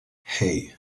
hey